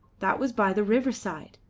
that was by the riverside.